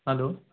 hello